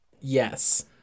yes